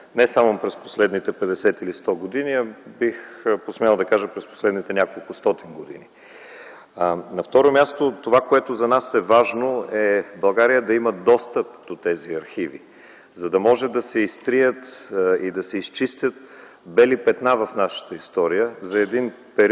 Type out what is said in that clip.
не само през последните 50 или 100 години, а бих посмял да кажа през последните неколкостотин години. На второ място, това, което за нас е важно, е България да има достъп до тези архиви, за да може да се изтрият и да се изчистят бели петна в нашата история за един период,